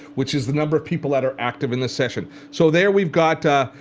which is the number of people that are active in this session. so there we've got